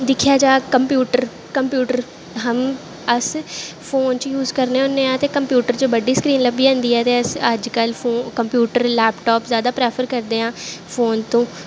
दिक्खेआ जाह्ग computer computer हम अस फोन च यूज करने होन्ने आं ते कप्यूटर च बड्डी स्क्रीन लब्भी जंदी ऐ ते अज्ज कल फो कंप्यूटर लैपटाप जादा प्रैफर करदे आं फोन तों